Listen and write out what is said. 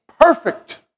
perfect